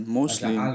mostly